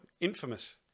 Infamous